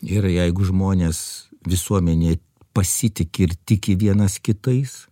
ir jeigu žmonės visuomenė pasitiki ir tiki vienas kitais